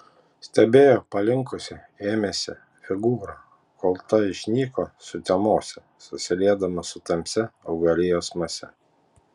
stebėjo palinkusią ėmėsi figūrą kol ta išnyko sutemose susiliedama su tamsia augalijos mase